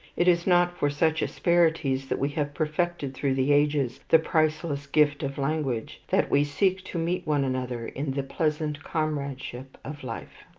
it is not for such asperities that we have perfected through the ages the priceless gift of language, that we seek to meet one another in the pleasant comradeship of life.